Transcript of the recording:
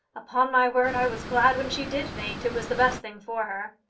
upon my word, i was glad when she did faint it was the best thing for her.